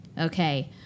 Okay